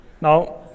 Now